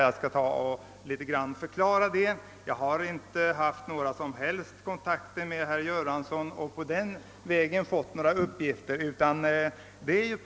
Jag skall förklara saken. Jag har inte haft några som helst kontakter med herr Göransson och på den vägen fått några uppgifter.